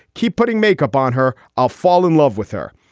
keep putting makeup on her. i'll fall in love with her.